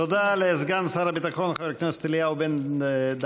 תודה לסגן שר הביטחון חבר הכנסת אליהו בן-דהן.